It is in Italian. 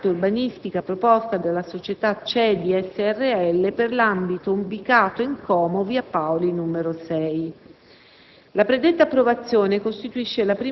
con contestuale adozione della variante urbanistica proposta dalla società CEDI srl, per l'ambito ubicato in Como, Via Paoli n. 6.